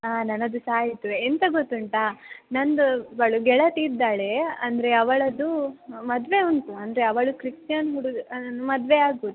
ಹಾಂ ನನ್ನದು ಸಹ ಆಯಿತು ಎಂಥ ಗೊತ್ತುಂಟ ನನ್ನದು ಒಬ್ಬಳು ಗೆಳತಿ ಇದ್ದಾಳೆ ಅಂದರೆ ಅವಳದ್ದು ಮದುವೆ ಉಂಟು ಅಂದರೆ ಅವಳು ಕ್ರಿಶ್ಚನ್ ಹುಡುಗನ್ನ ಮದುವೆ ಆಗೋದು